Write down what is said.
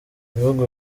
ibihugu